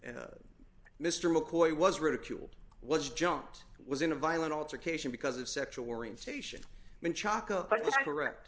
mr mccoy was ridiculed was jumped was in a violent altercation because of sexual orientation